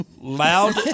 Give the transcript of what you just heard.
Loud